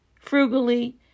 frugally